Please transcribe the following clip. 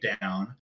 down